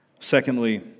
Secondly